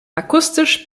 akustisch